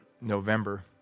November